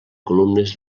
columnes